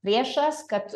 priešas kad